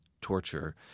torture